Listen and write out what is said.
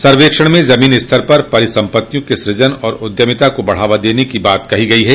सर्वेक्षण में जमीनी स्तर पर परिसम्पत्तियों के सूजन और उद्यमिता को बढ़ावा देने की बात कही गई है